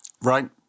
Right